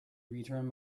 return